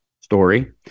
story